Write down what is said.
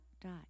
dot